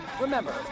Remember